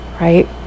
Right